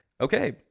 Okay